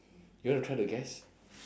you want to try to guess